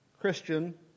Christian